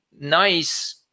nice